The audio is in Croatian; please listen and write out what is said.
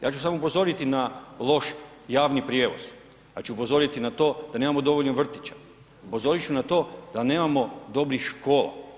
Ja ću samo upozoriti na loš javni prijevoz, ja ću upozoriti na to da nemamo dovoljno vrtića, upozorit ću na to da nemamo dobrih škola.